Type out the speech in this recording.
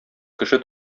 кеше